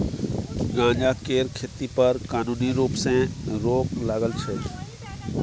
गांजा केर खेती पर कानुनी रुप सँ रोक लागल छै